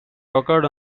occurred